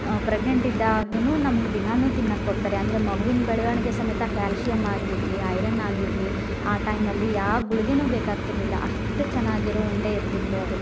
pregnant ಇದ್ದಾವಾಗುನು ನಮ್ಗೆ ದಿನಾನು ತಿನ್ನಕ್ಕೆ ಕೊಡ್ತಾರೆ ಅಂದರೆ ಮಗುವಿನ ಬೆಳವಣಿಗೆ ಸಮೇತ ಕ್ಯಾಲ್ಶಿಯಮ್ ಆಗಿರಲಿ ಐರನ್ ಆಗಿರಲಿ ಆ ಟೈಮಲ್ಲಿ ಯಾವ ಗುಳಿಗೆನು ಬೇಕಾಗ್ತಿರಲಿಲ್ಲ ಅಷ್ಟು ಚೆನ್ನಾಗಿರೋ ಉಂಡೆ ಇರ್ತಿತ್ತು ಅದು